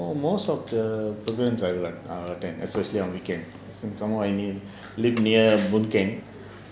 most of the events I like I'll attend especially on weekend some more I live near boon keng